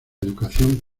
educación